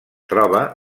troba